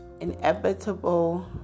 inevitable